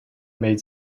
made